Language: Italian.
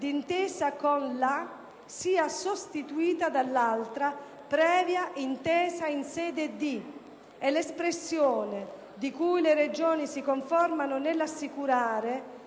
"d'intesa con la" sia sostituita dall'altra: "previa intesa in sede di", e che l'espressione "cui le Regioni si conformano nell'assicurare"